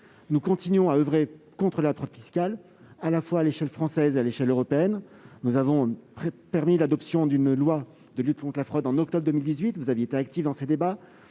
Nous continuons à oeuvrer contre la fraude fiscale, à la fois à l'échelle française et à l'échelle européenne. Nous avons permis l'adoption d'une loi de lutte contre la fraude en octobre 2018- vous aviez été active dans ces débats,